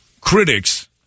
critics